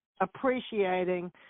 appreciating